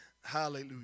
Hallelujah